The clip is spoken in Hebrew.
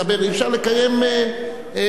אי-אפשר לקיים Sub-Parliament.